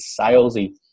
salesy